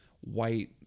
white